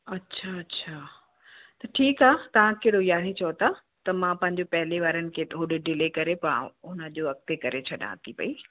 अच्छा अच्छा त ठीकु आहे तव्हां कहिड़ो यारहें चओ था त मां पंहिंजो पहिरीं वारनि खे थोरो डिले करे मां हुननि जो अॻिते करे छॾां थी पई